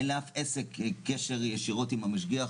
אין לאף עסק קשר ישירות עם המשגיח.